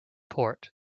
port